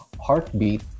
heartbeat